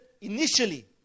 initially